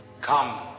Come